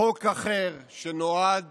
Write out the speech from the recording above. חוק אחר שנועד